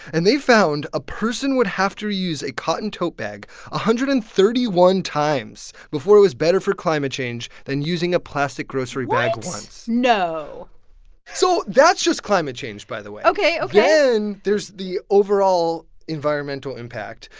and they found a person would have to reuse a cotton tote bag one ah hundred and thirty one times before it was better for climate change than using a plastic grocery bag once what? no so that's just climate change, by the way ok. ok then there's the overall environmental impact.